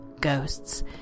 ghosts